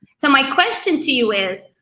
so my question to you is,